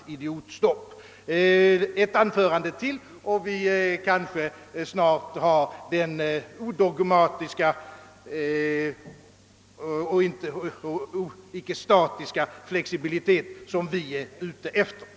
Med ytterligare ett anförande av herr Alemyr är denne kanske framme vid den odogmatiska och icke statiska flexibilitet som vi önskar få till stånd.